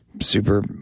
super